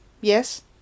Yes